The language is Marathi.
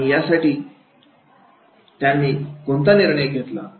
आणि यासाठी त्यांनी कोणता निर्णय घेतला